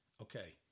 okay